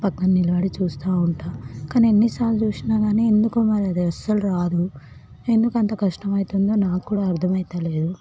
పక్కన నిలబడి చూస్తా ఉంటా కానీ ఎన్నిసార్లు చూసినా గానీ ఎందుకో మరి అది అస్సలు రాదు ఎందుకు అంత కష్టమవుతుందో నాకు కూడా అర్థమైతలేదు